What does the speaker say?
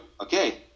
Okay